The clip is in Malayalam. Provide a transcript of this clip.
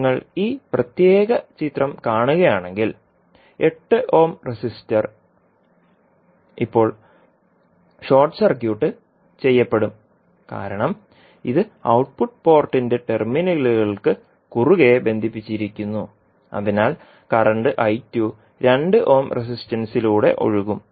ഇപ്പോൾ നിങ്ങൾ ഈ പ്രത്യേക ചിത്രം കാണുകയാണെങ്കിൽ 8 ഓം റെസിസ്റ്റർ ഇപ്പോൾ ഷോർട്ട് സർക്യൂട്ട് ചെയ്യപ്പെടും കാരണം ഇത് ഔട്ട്പുട്ട് പോർട്ടിന്റെ ടെർമിനലുകൾക്ക് കുറുകെ ബന്ധിപ്പിച്ചിരിക്കുന്നു അതിനാൽ കറന്റ് 2 ഓം റെസിസ്റ്റൻസിലൂടെ ഒഴുകും